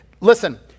Listen